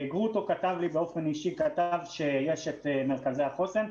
גרוטו כתב לי באופן אישי ואמר שיש את מרכזי החוסן,